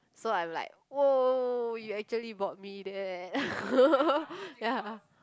so I'm like !wow! you actually bought me that ya